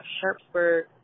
Sharpsburg